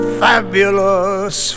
fabulous